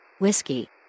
Whiskey